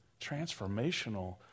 transformational